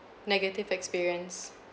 negative experience